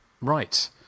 Right